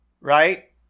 right